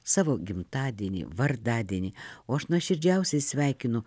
savo gimtadienį vardadienį o aš nuoširdžiausiai sveikinu